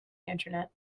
internet